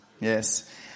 Yes